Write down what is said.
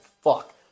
fuck